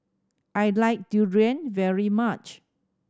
I like Durian very much